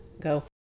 go